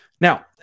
Now